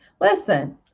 listen